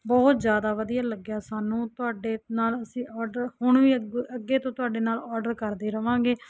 ਬਹੁਤ ਜ਼ਿਆਦਾ ਵਧੀਆ ਲੱਗਿਆ ਸਾਨੂੰ ਤੁਹਾਡੇ ਨਾਲ ਅਸੀਂ ਆਰਡਰ ਹੁਣ ਵੀ ਅੱਗੇ ਅੱਗੇ ਤੋਂ ਤੁਹਾਡੇ ਨਾਲ ਆਰਡਰ ਕਰਦੇ ਰਹਾਂਗੇ